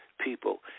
people